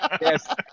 Yes